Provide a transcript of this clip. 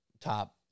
top